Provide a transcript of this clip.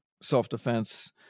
self-defense